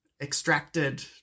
extracted